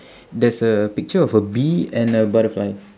there's a picture of a bee and a butterfly